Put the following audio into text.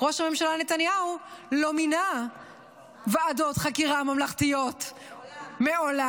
ראש הממשלה נתניהו לא מינה ועדות חקירה ממלכתיות מעולם,